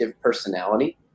personality